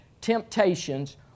temptations